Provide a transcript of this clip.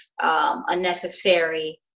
unnecessary